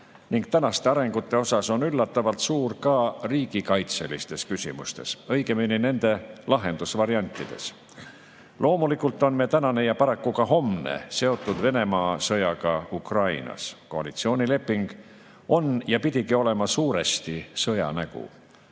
ning [tegelike sündmuste] pärast on üllatavalt suur ka riigikaitselistes küsimustes, õigemini nende lahendusvariantides. Loomulikult on meie tänane ja paraku ka homne seotud Venemaa sõjaga Ukrainas. Koalitsioonileping on ja pidigi olema suuresti sõja nägu.